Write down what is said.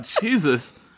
Jesus